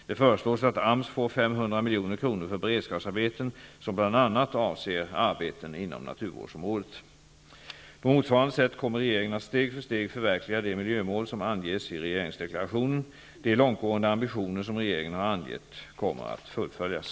Det föreslås att AMS får 500 milj.kr. för beredskapsarbeten, som bl.a. avser arbeten inom naturvårdsområdet. På motsvarande sätt kommer regeringen att steg för steg förverkliga de miljömål som anges i regeringsdeklarationen. De långtgående ambitioner som regeringen har angett kommer att fullföljas.